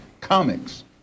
comics